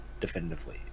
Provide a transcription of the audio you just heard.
definitively